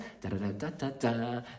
da-da-da-da-da-da